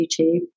YouTube